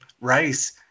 Rice